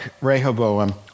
Rehoboam